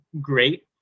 great